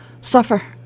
Suffer